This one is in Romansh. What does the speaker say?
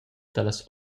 dallas